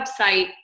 website